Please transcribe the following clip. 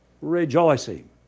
Rejoicing